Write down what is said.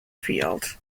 field